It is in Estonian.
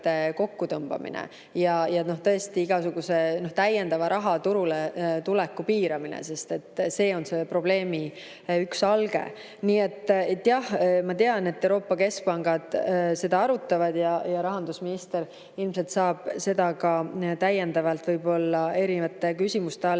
kokkutõmbamine ja igasuguse täiendava raha turule tuleku piiramine, sest see on probleemi üks alge. Jah, ma tean, et Euroopa keskpangad seda arutavad, ja rahandusminister ilmselt saab sellest võib-olla erinevate küsimuste